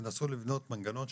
תנסו לבנות מנגנון,